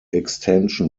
extension